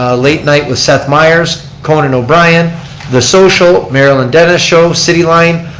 um late night with seth meyers, conan o'brien, the social marilyn denis show, cityline,